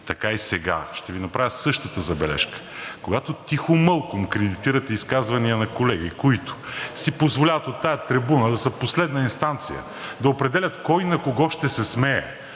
така и сега ще Ви направя същата забележка. Когато тихомълком кредитирате изказвания на колеги, които си позволяват от тази трибуна да са последна инстанция, да определят кой на кого ще се смее,